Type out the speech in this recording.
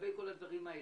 לגבי כל הדברים האלה.